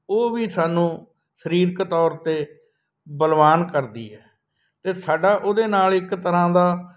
ਉਹ ਵੀ ਸਾਨੂੰ ਸਰੀਰਕ ਤੌਰ 'ਤੇ ਬਲਵਾਨ ਕਰਦੀ ਹੈ ਅਤੇ ਸਾਡਾ ਉਹਦੇ ਨਾਲ ਇੱਕ ਤਰ੍ਹਾਂ ਦਾ